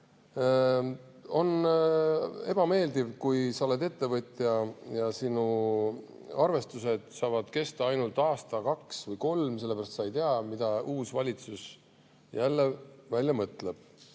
On ebameeldiv, kui sa oled ettevõtja ja sinu arvestused saavad kesta ainult aasta, kaks või kolm, sellepärast et sa ei tea, mida uus valitsus jälle välja mõtleb.